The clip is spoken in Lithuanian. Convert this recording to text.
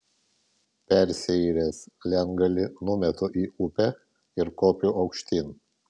persiyręs lentgalį numetu į upę ir kopiu aukštyn